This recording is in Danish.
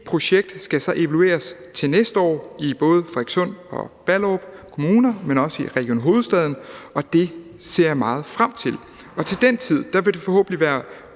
projekt skal så evalueres til næste år i både Frederikssund Kommune og Ballerup Kommune, men også Region Hovedstaden, og det ser jeg meget frem til. Til den tid vil vi forhåbentlig alle